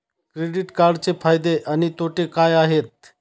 Credit कार्डचे फायदे आणि तोटे काय आहेत?